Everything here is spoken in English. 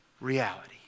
reality